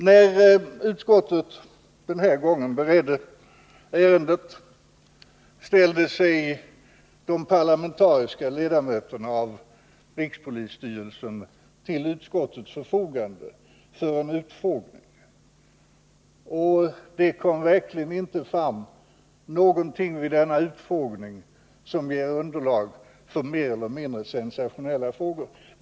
När utskottet den här gången beredde ärendet ställde sig de ledamöter av rikspolisstyrelsens styrelse som är riksdagsledamöter till utskottets förfogande för en utfrågning. Det kom verkligen inte fram någonting vid denna utfrågning, som ger underlag för mer eller mindre sensationella frågor.